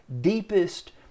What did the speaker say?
deepest